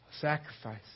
sacrifice